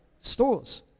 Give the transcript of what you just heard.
stores